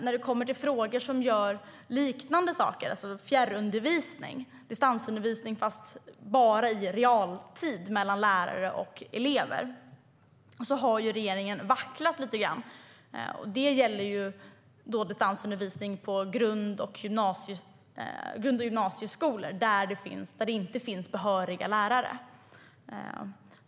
När det gäller liknande saker såsom fjärrundervisning, alltså distansundervisning i realtid mellan lärare och elever, har regeringen vacklat lite grann. Det gäller då distansundervisning på grund och gymnasieskolor där det inte finns behöriga lärare.